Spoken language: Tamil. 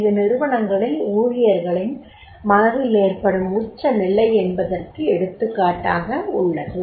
இது நிறுவனங்களில் ஊழியர்களின் மனதில் ஏற்படும் உச்ச நிலை என்பதற்கு எடுத்துக்காட்டாக உள்ளது